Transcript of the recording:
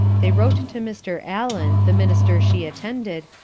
they wrote to mr. allen, the minister she attended,